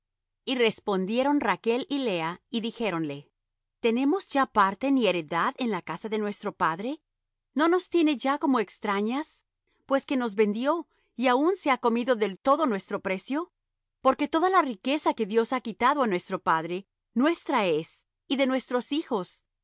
y respondió rachl y lea y dijéronle tenemos ya parte ni heredad en la casa de nuestro padre no nos tiene ya como por extrañas pues que nos vendió y aun se ha comido del todo nuestro precio porque toda la riqueza que dios ha quitado á nuestro padre nuestra es y de nuestros hijos